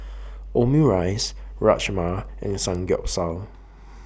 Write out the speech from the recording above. Omurice Rajma and Samgyeopsal